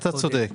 אני צוחק.